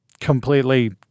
completely